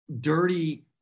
dirty